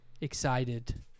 excited